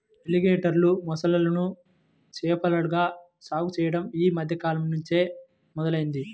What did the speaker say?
ఎలిగేటర్లు, మొసళ్ళను చేపల్లాగా సాగు చెయ్యడం యీ మద్దె కాలంనుంచే మొదలయ్యింది